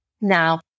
Now